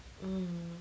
mm